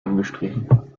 angestrichen